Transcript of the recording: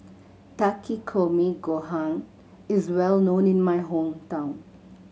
Takikomi Gohan is well known in my hometown